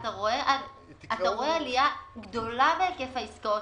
אתה רואה עלייה גדולה בהיקף העסקאות,